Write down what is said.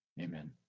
Amen